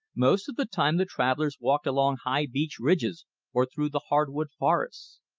most of the time the travellers walked along high beech ridges or through the hardwood forests.